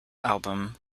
album